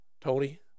Tony